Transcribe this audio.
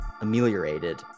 ameliorated